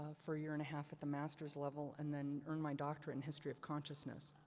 ah for a year and a half at the masters level. and then earned my doctorate in history of consciousness.